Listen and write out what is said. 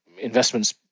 investment's